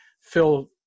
Phil